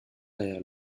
derrière